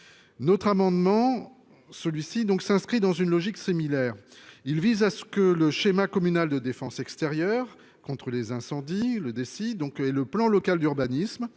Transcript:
L'amendement n° 62 s'inscrit dans une logique similaire. Il vise à ce que le schéma communal de défense extérieure contre les incendies et le plan local d'urbanisme